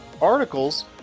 articles